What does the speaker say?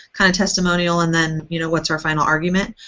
kinda testimonial, and then, you know, what's our final argument?